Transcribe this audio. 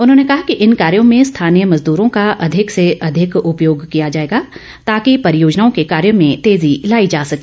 उन्होंने कहा कि इन कार्यो में स्थानीय मजदूरों का अधिक से अधिक उपयोग किया जाएगा ताकि परियोजनाओं के कार्यों में तेजी लाई जा सके